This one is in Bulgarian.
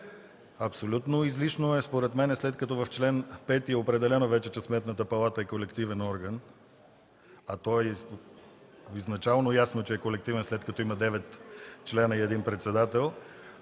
Абсолютно излишно е според мен, след като в чл. 5 е определено вече, че Сметната палата е колективен орган, а е изначално ясно, че е колективен, след като има девет членове и един председател,